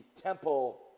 temple